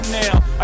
now